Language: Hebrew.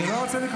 אני לא רוצה.